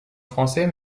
français